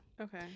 Okay